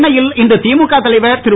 சென்னையில் இன்று திமுக தலைவர் திரு